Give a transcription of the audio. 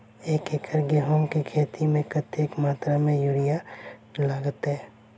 एक एकड़ गेंहूँ केँ खेती मे कतेक मात्रा मे यूरिया लागतै?